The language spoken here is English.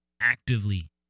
actively